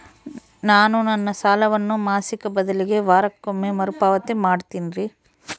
ನಾನು ನನ್ನ ಸಾಲವನ್ನು ಮಾಸಿಕ ಬದಲಿಗೆ ವಾರಕ್ಕೊಮ್ಮೆ ಮರುಪಾವತಿ ಮಾಡ್ತಿನ್ರಿ